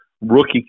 rookie